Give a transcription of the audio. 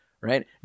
right